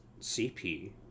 CP